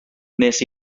wnes